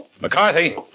McCarthy